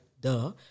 duh